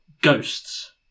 ghosts